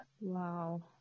wow